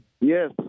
Yes